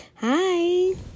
Hi